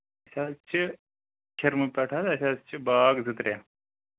أسۍ حظ چھِ کھِرمہٕ پٮ۪ٹھ حظ اَسہِ حظ چھِ باغ زٕ ترٛےٚ